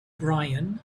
brian